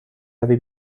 روی